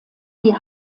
die